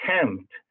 attempt